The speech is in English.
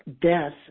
death